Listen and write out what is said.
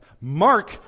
Mark